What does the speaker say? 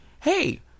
Hey